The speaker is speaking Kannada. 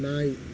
ನಾಯಿ